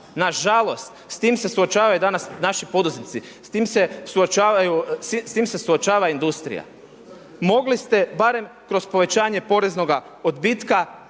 Na žalost, s tim se suočavaju danas naši poduzetnici. S tim se suočava industrija. Mogli ste barem kroz povećanje poreznoga odbitka